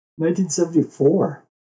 1974